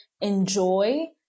enjoy